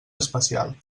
especial